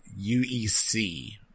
UEC